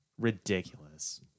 ridiculous